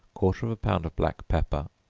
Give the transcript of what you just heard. quarter of a pound of black pepper,